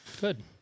Good